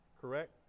Correct